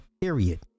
period